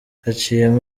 haciyeho